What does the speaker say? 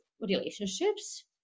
relationships